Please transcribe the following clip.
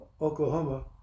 Oklahoma